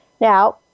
Now